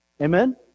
Amen